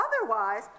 otherwise